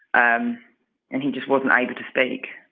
um and he just wasn't able to speak